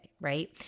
right